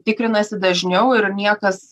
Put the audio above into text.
tikrinasi dažniau ir niekas